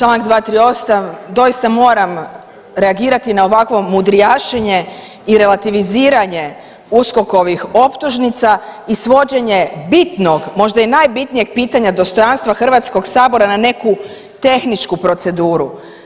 Članak 238., doista moram reagirati na ovakvo mudrijašenje i relativiziranje USKOK-ovih optužnica i svođenje bitnog, možda i najbitnijeg pitanja dostojanstva Hrvatskog sabora na neku tehničku proceduru.